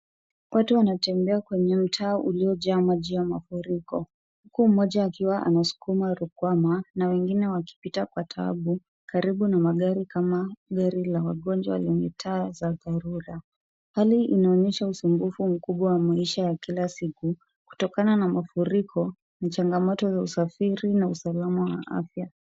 Watu wanatembea kwenye utao uliojaa maji ya mafuriko. Huku mmoja akiwa anasukuma rukwama na wengine wakipita kwa tabu karibu na magari kama gari la wagonjwa lenye taa za dharura. Hali inaonyesha usumbufu mkubwa wa maisha ya kila siku, kutokana na mafuriko, ni changamoto za usafiri na usalama wa kiafya.